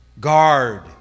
Guard